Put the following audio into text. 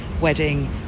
wedding